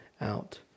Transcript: out